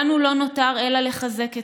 לנו לא נותר אלא לחזק אתכן,